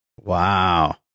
Wow